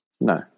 no